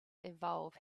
evolve